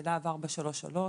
בלהב 433,